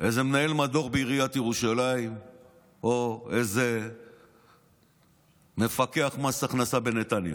באיזה מנהל מדור בעיריית ירושלים או באיזה מפקח מס הכנסה בנתניה.